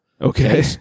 Okay